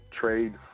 trade